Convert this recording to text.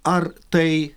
ar tai